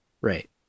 Right